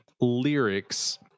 lyrics